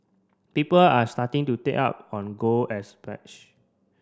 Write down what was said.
people are starting to take up on gold as pledge